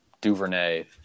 DuVernay